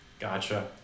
Gotcha